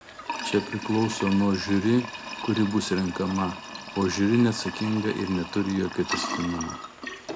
čia priklauso nuo žiuri kuri bus renkama o žiuri neatsakinga ir neturi jokio tęstinumo